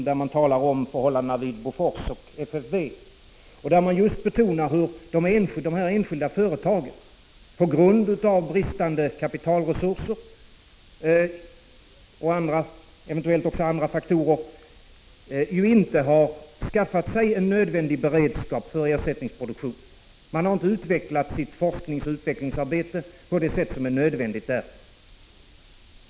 Där talas det om förhållandena vid AB Bofors och FFV, och där betonar man just hur de enskilda företagen på grund av bristande kapitalresurser t.ex. inte har skaffat sig den beredskap som är nödvändig för ersättningsproduktion. Företagen har inte utökat sitt forskningsoch utvecklingsarbete i erforderlig utsträckning.